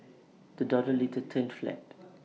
the dollar later turned flat